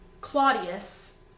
claudius